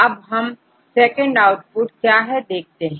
अब हम second output क्या है देखते हैं